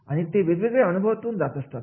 आणि ते वेगवेगळ्या अनुभवातून जात असतात